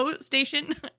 station